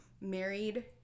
married